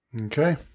okay